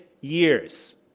years